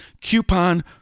coupon